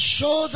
Show